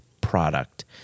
product